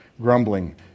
grumbling